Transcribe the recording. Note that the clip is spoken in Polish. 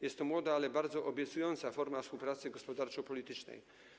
Jest to młoda, ale bardzo obiecująca forma współpracy gospodarczo-politycznej.